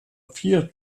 vier